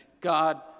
God